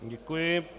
Děkuji.